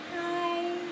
hi